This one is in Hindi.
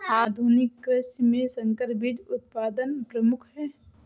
आधुनिक कृषि में संकर बीज उत्पादन प्रमुख है